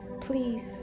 Please